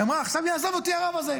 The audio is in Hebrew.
היא אמרה: עכשיו יעזוב אותי הרב הזה.